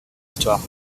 histoire